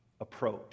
approach